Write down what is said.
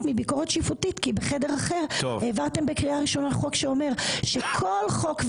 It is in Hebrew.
מביקורת שיפוטית כי בחדר אחר העברתם בקריאה ראשונה חוק שאומר שכל חוק,